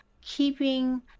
keeping